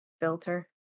filter